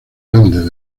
grandes